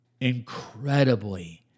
incredibly